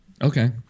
Okay